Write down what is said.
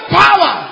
power